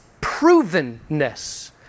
provenness